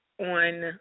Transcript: on